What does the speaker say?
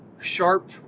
sharp